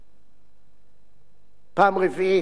פעם רביעית, הצעת חוק-יסוד: החקיקה,